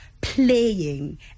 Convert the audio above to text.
Playing